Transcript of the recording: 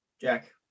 Jack